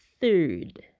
third